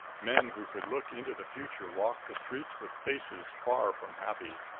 men who could look into the future walked the streets with faces far from happy.